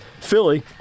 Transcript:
Philly